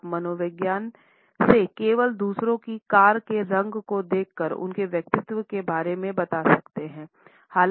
आप मनोविज्ञान से केवल दूसरों की कार के रंग को देखकर उनके व्यक्तित्व के बारे में बता सकते हैं